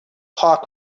talk